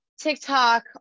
TikTok